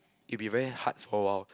it be very hard for a while